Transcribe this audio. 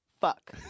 Fuck